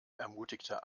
ermutigte